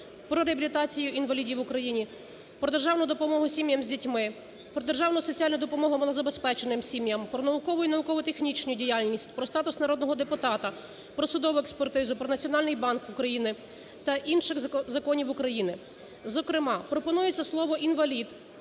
"Про реабілітацію інвалідів в Україні", "Про державну допомогу сім'ям з дітьми", "Про державну соціальну допомогу малозабезпеченим сім'ям", "Про наукову і науково-технічну діяльність", "Про статус народного депутата", "Про судову експертизу", "Про Національний банк України" та інших Законів України, зокрема пропонується слово "інвалід",